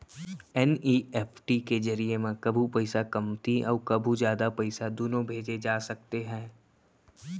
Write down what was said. NEFT के जरिए म कभू पइसा कमती अउ कभू जादा पइसा दुनों भेजे जा सकते हे